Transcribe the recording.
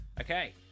Okay